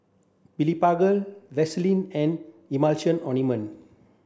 Blephagel Vaselin and Emulsying Ointment